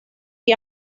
que